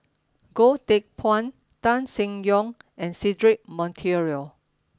Goh Teck Phuan Tan Seng Yong and Cedric Monteiro